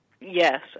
Yes